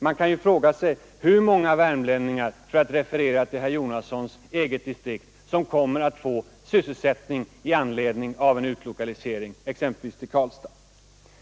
Man kan fråga sig hur många värmlänningar — för Sa att referera till herr Jonassons eget län — som kommer att få Ang. utlokalise sysselsättning i anledning av en utlokalisering till exempelvis Karlstad.